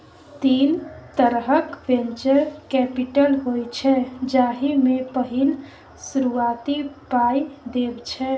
तीन तरहक venture capital होइ छै जाहि मे पहिल शुरुआती पाइ देब छै